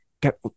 get